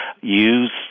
use